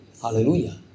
Hallelujah